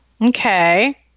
Okay